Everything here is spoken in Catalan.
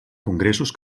congressos